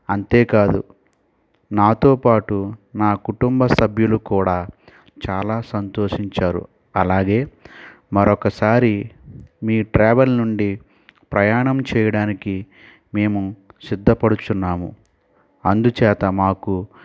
అంతే కాదు నాతో పాటు నా కుటుంబ సభ్యులు కూడా చాలా సంతోషించారు అలాగే మరొకసారి మీ ట్రావెల్ నుండి ప్రయాణం చేయడానికి మేము సిద్ధపడుచున్నాము అందుచేత మాకు